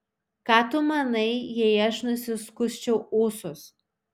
ką tu manai jei aš nusiskusčiau ūsus